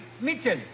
Mitchell